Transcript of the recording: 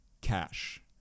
cash